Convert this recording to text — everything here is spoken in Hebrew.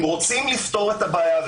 אם רוצים לפתור את הבעיה,